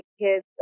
kids